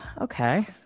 Okay